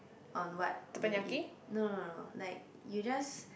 on what you eat no no no no like you just